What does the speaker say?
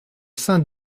saint